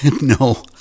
No